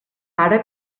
ara